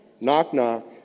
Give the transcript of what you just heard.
knock-knock